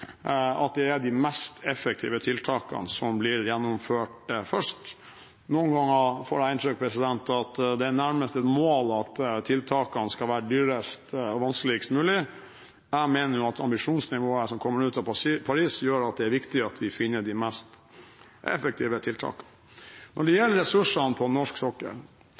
at det er de mest effektive tiltakene som blir gjennomført først. Noen ganger får jeg inntrykk av at det nærmest er et mål at tiltakene skal være dyrest og vanskeligst mulig. Jeg mener at ambisjonsnivået som kommer ut av møtet i Paris, gjør at det er viktig at vi finner de mest effektive tiltakene. Når det gjelder ressursene på norsk sokkel,